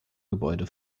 gebäude